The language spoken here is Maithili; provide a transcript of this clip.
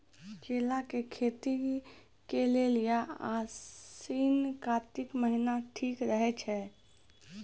केला के खेती के लेली आसिन कातिक महीना ठीक रहै छै